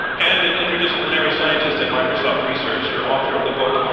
and an interdisciplinary scientist at microsoft research. you are author of the book,